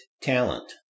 talent